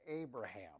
Abraham